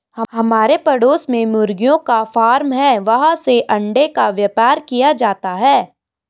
हमारे पड़ोस में मुर्गियों का फार्म है, वहाँ से अंडों का व्यापार किया जाता है